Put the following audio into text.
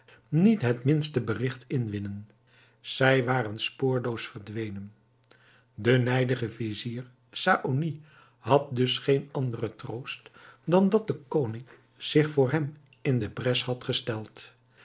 niet het minste berigt inwinnen zij waren spoorloos verdwenen de nijdige vizier saony had dus geen anderen troost dan dat de koning zich voor hem in de bres had gesteld